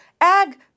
Ag